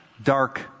Dark